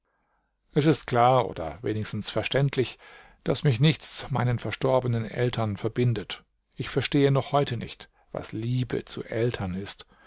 es ist klar oder wenigstens verständlich daß mich nichts meinen verstorbenen eltern verbindet ich verstehe noch heute nicht was liebe zu eltern ist